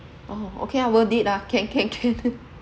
orh okay ah worth it ah can can can